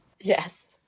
Yes